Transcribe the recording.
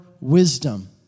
wisdom